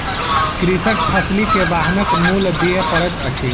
कृषकक फसिल के वाहनक मूल्य दिअ पड़ैत अछि